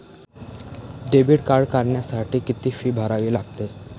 Debit card काढण्यासाठी किती fee भरावी लागते?